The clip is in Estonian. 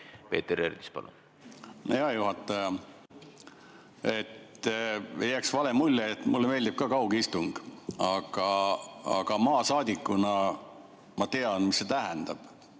Peeter Ernits, palun! Hea juhataja! Et ei jääks vale mulje – mulle meeldib ka kaugistung. Aga maasaadikuna ma tean, mida see tähendab